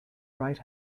right